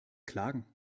klagen